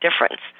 difference